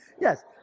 yes